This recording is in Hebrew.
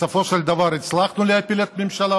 תודה, אדוני היושב-ראש.